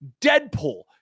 Deadpool